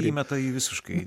įmeta į visiškai